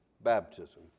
baptism